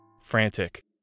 Frantic